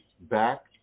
back